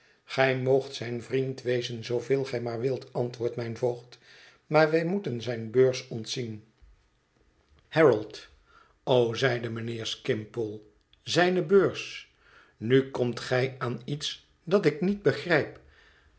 gij moogt zijn vriend wézén zooveel gij maar wilt antwoordde mijn voogd maar wij moeten zijne beurs ontzien harold o zeide mijnheer skimpole zijne beurs nu komt gij aan iets dat ik niet begrijp